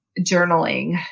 journaling